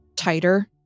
tighter